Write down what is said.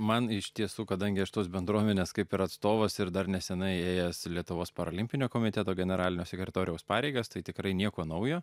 man iš tiesų kadangi aš tos bendruomenės kaip ir atstovas ir dar nesenai ėjęs lietuvos parolimpinio komiteto generalinio sekretoriaus pareigas tai tikrai nieko naujo